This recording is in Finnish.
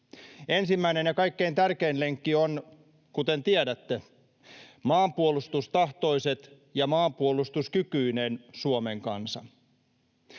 Ensimmäinen ja kaikkein tärkein lenkki on, kuten tiedätte, maanpuolustustahtoinen ja maanpuolustuskykyinen Suomen kansa.